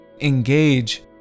engage